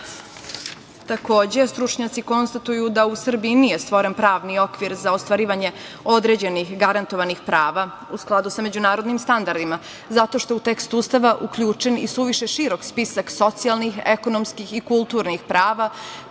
pisma. Takođe, stručnjaci konstatuju da u Srbiji nije stvoren pravni okvir za ostvarivanje određenih garantovanih prava u skladu sa međunarodnim standardima zato što je u tekst Ustava uključen i suviše širok spisak socijalnih, ekonomskih i kulturnih prava,